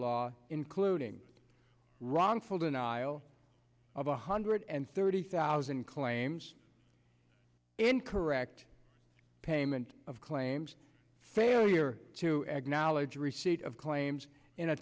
law including wrongful denial of one hundred and thirty thousand claims incorrect payment of claims failure to acknowledge receipt of claims in a